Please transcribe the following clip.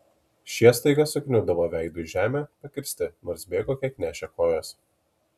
šie staiga sukniubdavo veidu į žemę pakirsti nors bėgo kiek nešė kojos